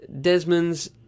Desmond's